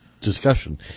discussion